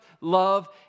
love